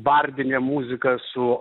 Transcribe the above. bardinė muzika su